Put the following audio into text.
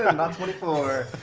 ah not twenty four.